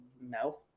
No